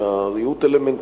אלא ריהוט אלמנטרי,